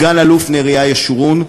או לסא"ל נריה ישורון,